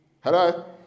Hello